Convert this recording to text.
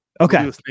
Okay